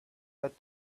that